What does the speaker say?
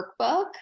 workbook